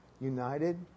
united